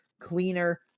cleaner